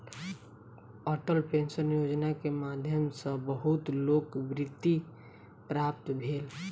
Atal pension Yojana के माध्यम सॅ बहुत लोक के वृत्ति प्राप्त भेल